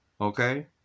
Okay